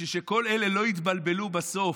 בשביל שכל אלה יתבלבלו בסוף,